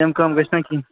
اَمہِ کَم گژھِ نا کیٚنٛہہ